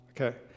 Okay